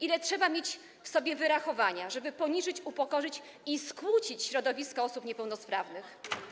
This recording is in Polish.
Ile trzeba mieć w sobie wyrachowania, żeby poniżyć, upokorzyć i skłócić środowisko osób niepełnosprawnych?